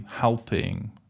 helping